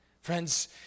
Friends